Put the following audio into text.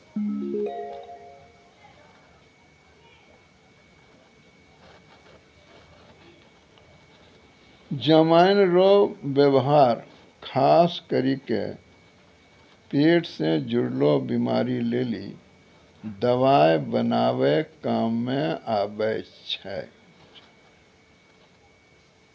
जमाइन रो वेवहार खास करी के पेट से जुड़लो बीमारी लेली दवाइ बनाबै काम मे आबै छै